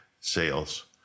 sales